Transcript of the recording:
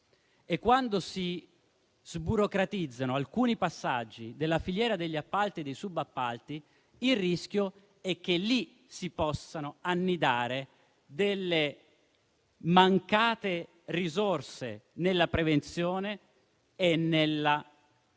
Quando si sburocratizzano alcuni passaggi della filiera degli appalti e dei subappalti, il rischio è infatti che lì si possano annidare mancate risorse nella prevenzione e nella